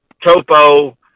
topo